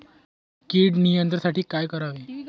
कीड नियंत्रणासाठी काय करावे?